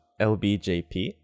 lbjp